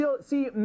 see